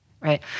right